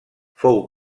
fou